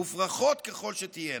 מופרכות ככל שתהיינה.